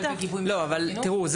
תראו,